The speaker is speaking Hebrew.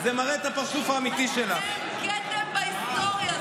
רק אתם תהיו כתם בהיסטוריה,